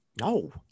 No